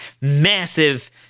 massive